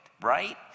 right